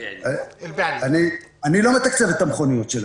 אני לא מתקצב את המכוניות שלהם.